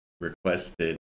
requested